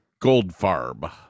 Goldfarb